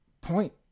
point